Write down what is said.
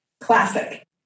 Classic